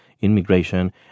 immigration